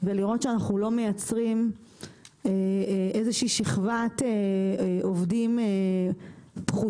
ולראות שאנחנו לא מייצרים איזו שהיא שכבת עובדים פחותים,